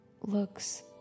looks